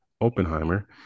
Oppenheimer